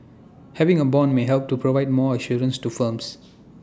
having A Bond may help to provide more assurance to firms